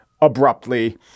abruptly